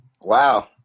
Wow